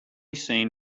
seen